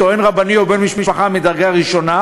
טוען רבני או בן משפחה מדרגה ראשונה,